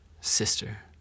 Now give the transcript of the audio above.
sister